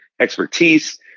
expertise